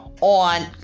on